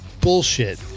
bullshit